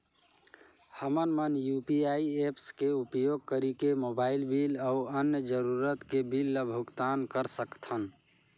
हमन मन UPI apps के उपयोग करिके मोबाइल बिल अऊ अन्य जरूरत के बिल ल भुगतान कर सकथन